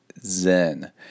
ZEN